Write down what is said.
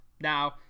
Now